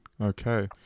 okay